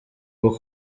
bwo